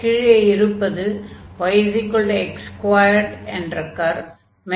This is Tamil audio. கிழே இருப்பது yx2 என்ற கர்வு